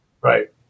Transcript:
Right